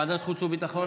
ועדת חוץ וביטחון?